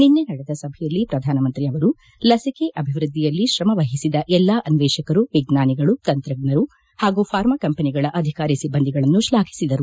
ನಿನ್ನೆ ನಡೆದ ಸಭೆಯಲ್ಲಿ ಪ್ರಧಾನಮಂತ್ರಿ ಅವರು ಲಸಿಕೆ ಅಭಿವ್ವದ್ದಿಯಲ್ಲಿ ಶ್ರಮ ವಹಿಸಿದ ಎಲ್ಲಾ ಅನ್ನೇಷಕರು ವಿಜ್ಞಾನಿಗಳು ತಂತ್ರಜ್ಞರು ಹಾಗೂ ಫಾರ್ಮಾ ಕಂಪನಿಗಳ ಅಧಿಕಾರಿ ಸಿಬ್ಬಂದಿಗಳನ್ನು ಶ್ಲಾಘಿಸಿದರು